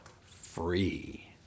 free